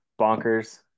bonkers